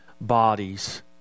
bodies